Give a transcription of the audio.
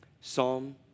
Psalm